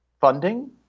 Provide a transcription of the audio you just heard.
funding